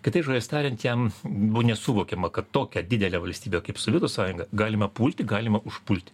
kitais žodžiais tariant jam buvo nesuvokiama kad tokia didelė valstybė kaip sovietų sąjungą galima pulti galima užpulti